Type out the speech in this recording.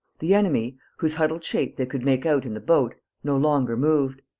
the enemy, whose huddled shape they could make out in the boat, no longer moved.